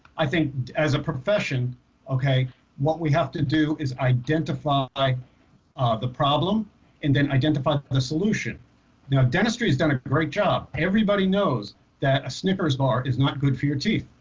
i think as a profession okay what we have to do is identify the problem and then identify the solution now dentistry has done a great job everybody knows that a snickers bar is not good for your teeth,